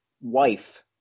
wife